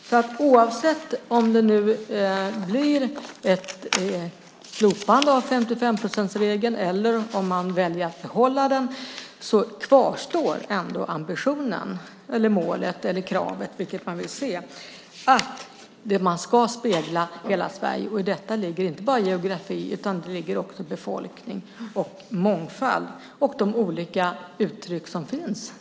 Oavsett om det nu blir ett slopande av 55-procentsregeln eller om man väljer att behålla den kvarstår ändå ambitionen - eller målet eller kravet eller hur man nu vill se det - att man ska spegla hela Sverige. I detta ligger inte bara geografi utan också befolkning, mångfald och de olika uttryck som finns.